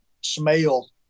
smell